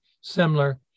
similar